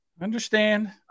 understand